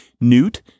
Newt